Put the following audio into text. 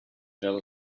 fell